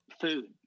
food